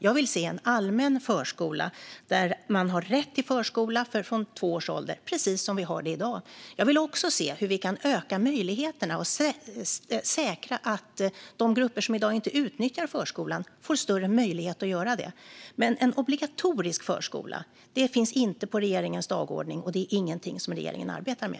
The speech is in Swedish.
Jag vill se en allmän förskola där man har rätt till förskola från två års ålder - precis som vi har det i dag. Jag vill också se hur vi kan säkra att de grupper som i dag inte utnyttjar förskolan får större möjlighet att göra det. En obligatorisk förskola finns dock inte på regeringens dagordning, och det är inget regeringen arbetar med.